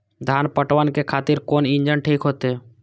धान पटवन के खातिर कोन इंजन ठीक होते?